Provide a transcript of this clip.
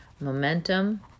momentum